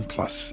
Plus